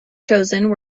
chosen